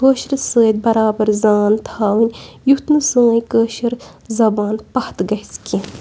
کٲشرِس سۭتۍ برابر زان تھاوٕنۍ یُتھ نہٕ سٲنۍ کٲشٕر زبان پَتھ گژھِ کیٚنٛہہ